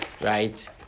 Right